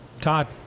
Todd